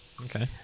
okay